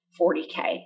40K